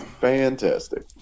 fantastic